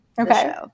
Okay